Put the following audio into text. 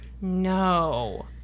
No